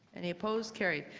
any opposed? carried.